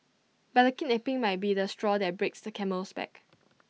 but the kidnapping might be the straw that breaks the camel's back